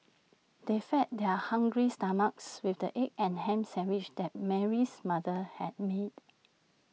they fed their hungry stomachs with the egg and Ham Sandwiches that Mary's mother had made